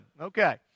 Okay